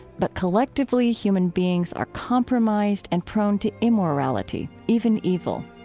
but collectively, human beings are compromised and prone to immorality, even evil.